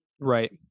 Right